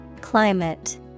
Climate